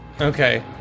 Okay